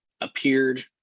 appeared